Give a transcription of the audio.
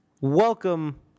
welcome